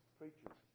preachers